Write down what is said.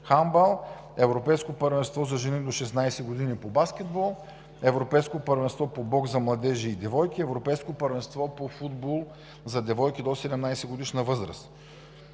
хандбал, Европейско първенство за жени до 16 години по баскетбол, Европейско първенство по бокс за младежи и девойки, Европейско първенство по футбол за девойки до 17-годишна възраст.